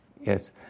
Yes